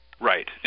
Right